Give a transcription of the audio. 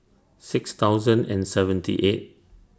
six thousand and seventy eight